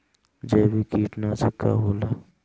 जैविक कीटनाशक का होला?